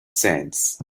sands